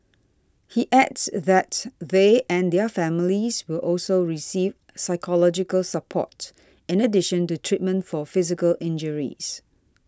he adds that they and their families will also receive psychological support in addition to treatment for physical injuries